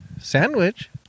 sandwich